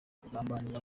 kugambirira